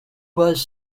was